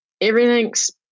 everything's